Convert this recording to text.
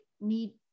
need